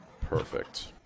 Perfect